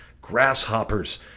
grasshoppers